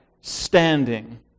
standing